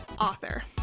author